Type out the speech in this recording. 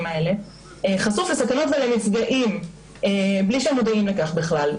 אלה חשוף לסכנות ולמפגעים בלי שהוא מודע לכך בכלל.